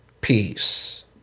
peace